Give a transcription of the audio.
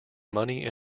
money